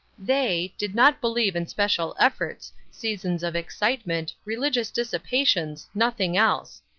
they did not believe in special efforts seasons of excitement religious dissipations nothing else.